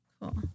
Cool